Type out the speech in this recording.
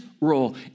role